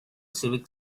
civic